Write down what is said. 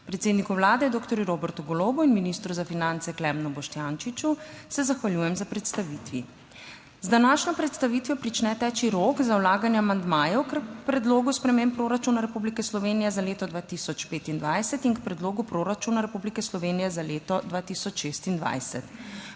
Predsedniku Vlade doktorju Robertu Golobu in ministru za finance Klemnu Boštjančiču se zahvaljujem za predstavitvi. Z današnjo predstavitvijo prične teči rok za vlaganje amandmajev k Predlogu sprememb proračuna Republike Slovenije za leto 2025 in k Predlogu proračuna Republike Slovenije za leto 2026.